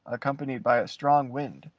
accompanied by a strong wind,